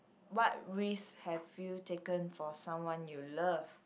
what risk have you taken for someone you love